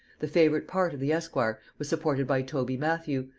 the favorite part of the esquire was supported by toby matthew,